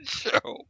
show